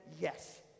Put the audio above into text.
yes